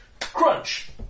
Crunch